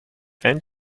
and